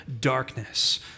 darkness